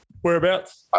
Whereabouts